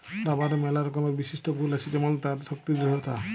রাবারের ম্যালা রকমের বিশিষ্ট গুল আছে যেমল তার শক্তি দৃঢ়তা